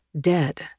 dead